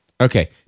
Okay